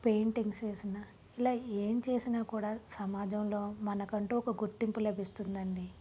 paintings వేసినా ఇలా ఏం చేసినా కూడా సమాజంలో మనకంటు ఒక గుర్తింపు లభిస్తుంది అండి